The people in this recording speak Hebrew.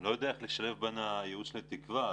לא יודע איך לשלב בין הייאוש לתקווה.